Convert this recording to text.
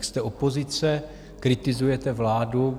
Jste opozice, kritizujete vládu.